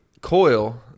coil